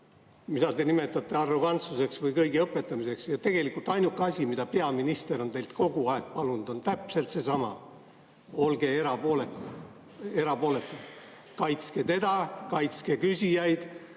mida te nimetate arrogantsuseks või kõigi õpetamiseks. Ja tegelikult ainuke asi, mida peaminister on teilt kogu aeg palunud, on täpselt seesama: olge erapooletu. Olge erapooletu, kaitske teda, kaitske küsijaid.